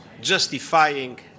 justifying